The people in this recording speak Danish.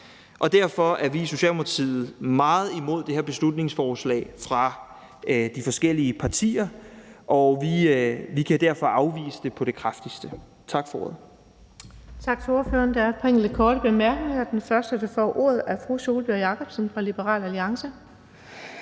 derfor er vi i Socialdemokratiet meget imod det her beslutningsforslag fra de forskellige partier, og vi vil derfor afvise det på det kraftigste.